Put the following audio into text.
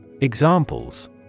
Examples